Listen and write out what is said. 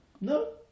no